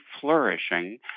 flourishing